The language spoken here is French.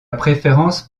préférence